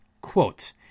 Quote